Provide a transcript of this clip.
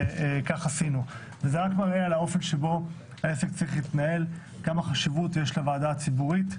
זה רק מראה כמה חשיבות יש לוועדת ציבורית.